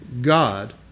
God